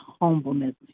humbleness